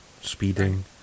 speeding